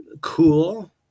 cool